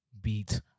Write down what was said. beat